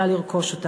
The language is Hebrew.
יכולה לרכוש.